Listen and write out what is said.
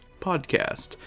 podcast